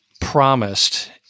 promised